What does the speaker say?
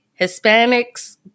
Hispanics